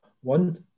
one